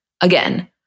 Again